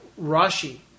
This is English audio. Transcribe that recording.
Rashi